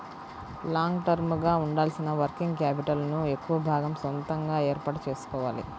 long term గా ఉండాల్సిన working capital ను ఎక్కువ భాగం సొంతగా ఏర్పాటు చేసుకోవాలి